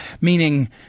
meaning